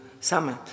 summit